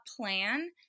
plan